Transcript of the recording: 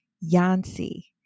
Yancy